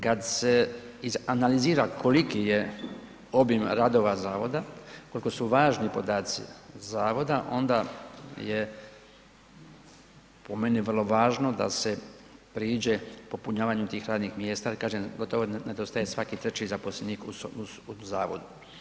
Kad se izanalizira koliki je obim radova zavoda, koliko su važni podaci zavoda onda je po meni vrlo važno da se priđe popunjavanju tih radnih mjesta ali kažem gotovo nedostaje svaki treći zaposlenik u zavodu.